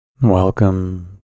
Welcome